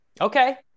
Okay